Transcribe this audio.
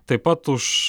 taip pat už